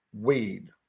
weed